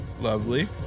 Lovely